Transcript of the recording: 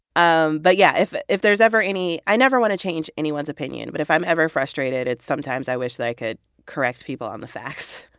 um but yeah, if if there's ever any i never want to change anyone's opinion. but if i'm ever frustrated, sometimes i wish that i could correct people on the facts.